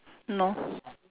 no